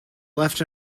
left